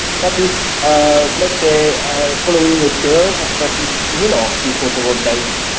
but is ah let's say following a curve, but is similar to photovoltaic,